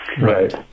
Right